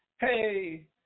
Hey